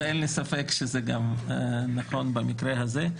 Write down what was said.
ואין לי ספק שזה גם נכון במקרה הזה.